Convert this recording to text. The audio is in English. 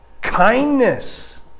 kindness